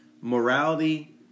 Morality